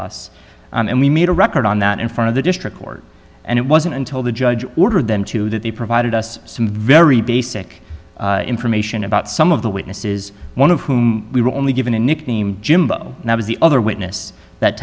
us and we made a record on that in front of the district court and it wasn't until the judge ordered them to that they provided us some very basic information about some of the witnesses one of whom we were only given a nickname jimbo and i was the other witness that